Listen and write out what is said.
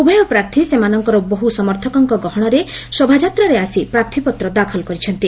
ଉଭୟ ପ୍ରାର୍ଥୀ ସେମାନଙ୍କର ବହୁ ସମର୍ଥକଙ୍କ ଗହଶରେ ଶୋଭାଯାତ୍ରାରେ ଆସି ପ୍ରାର୍ଥୀପତ୍ର ଦାଖଲ କରିଛନ୍ତି